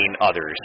others